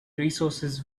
resources